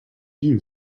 you